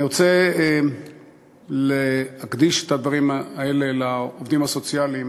אני רוצה להקדיש את הדברים האלה לעובדים הסוציאליים